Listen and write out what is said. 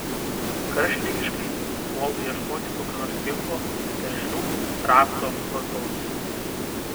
karštligiškai puolu ieškoti kokio nors ginklo veržlių rakto lazdos